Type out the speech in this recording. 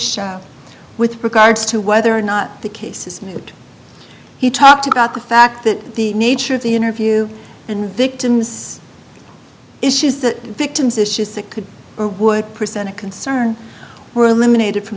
show with regards to whether or not the case is moot he talked about the fact that the nature of the interview and victims issues that victims issues that could or would present a concern were eliminated from